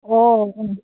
ꯑꯣ ꯎꯝ